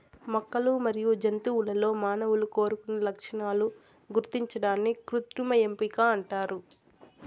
మొక్కలు మరియు జంతువులలో మానవులు కోరుకున్న లక్షణాలను గుర్తించడాన్ని కృత్రిమ ఎంపిక అంటారు